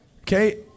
Okay